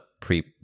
pre